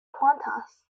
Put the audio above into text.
qantas